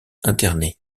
internés